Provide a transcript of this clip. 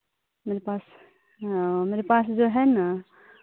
मेरे पास हाँ मेरे पास जो है ना